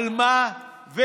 על מה ולמה?